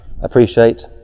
appreciate